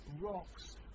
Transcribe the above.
rocks